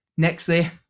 Nextly